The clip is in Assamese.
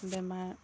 বেমাৰ